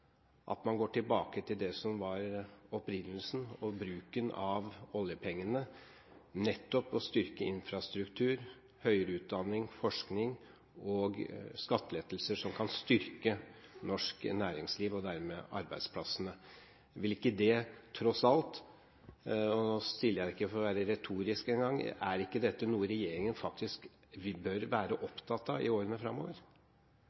at man går tilbake til det som var opprinnelsen for bruken av oljepengene, nettopp å styrke infrastruktur, høyere utdanning, forskning og å gi skattelettelser som kan styrke norsk næringsliv og dermed arbeidsplassene? Vil ikke det tross alt, nå stiller jeg ikke spørsmålet for å være retorisk engang, være noe regjeringen faktisk bør være opptatt av i årene framover?